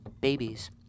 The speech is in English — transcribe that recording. Babies